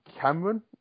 Cameron